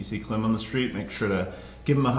you see klim on the street make sure to give him a